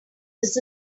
this